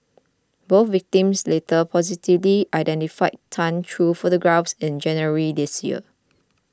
both victims later positively identified Tan through photographs in January this year